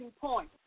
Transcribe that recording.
point